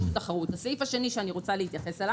שנית,